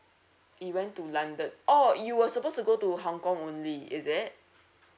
it went to london orh you were supposed to go to hong kong only is it